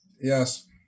Yes